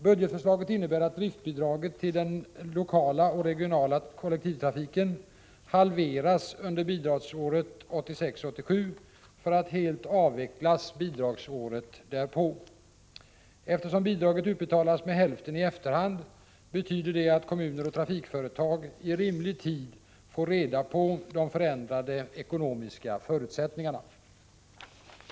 Budgetförslaget innebär att driftbidraget till den lokala och regionala kollektivtrafiken halveras under bidragsåret 1986/87 för att helt avvecklas bidragsåret därpå. Eftersom bidraget utbetalas med hälften i efterhand, betyder det att kommuner och trafikföretag i rimlig tid får reda på de förändrade ekonomiska förutsättningarna.